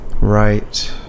Right